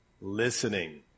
Listening